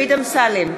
דוד אמסלם,